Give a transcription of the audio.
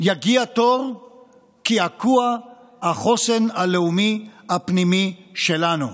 יגיע תור קעקוע החוסן הלאומי הפנימי שלנו,